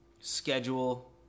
schedule